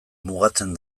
mugatzen